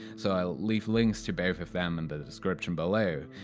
so i'll leave links to both of them in the description below.